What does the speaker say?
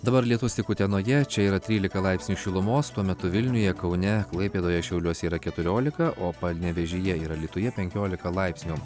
dabar lietus tik utenoje čia yra trylika laipsnių šilumos tuo metu vilniuje kaune klaipėdoje šiauliuose yra keturiolika o panevėžyje ir alytuje penkiolika laipsnių